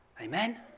Amen